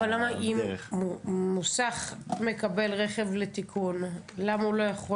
אם מוסך מקבל רכב לתיקון למה הוא לא יכול